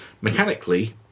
Mechanically